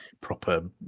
proper